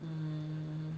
mm